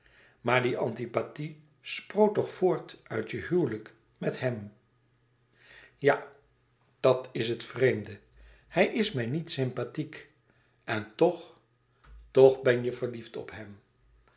maar die antipathie sproot toch voort uit je huwelijk met hem ja dat is het vreemde hij is mij niet sympathiek en toch toch ben je verliefd op hem